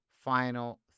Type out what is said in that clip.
final